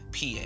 PA